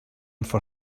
for